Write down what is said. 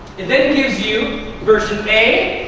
it then gives you version a,